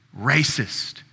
racist